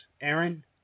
Aaron